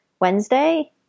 Wednesday